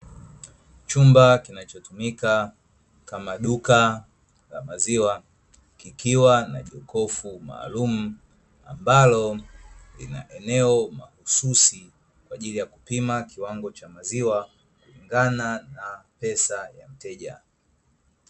Chumba kinachotumika kama duka la maziwa kikiwa na jokofu maalumu, ambalo lina eneo mahususi kwa ajili ya kupima kiwango cha maziwa kutokana na pesa ya mteja.